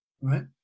right